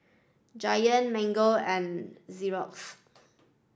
Giant Mango and Zorex